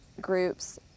groups